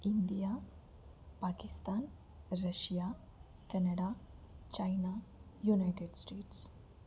India Pakistan Russia Canada China United states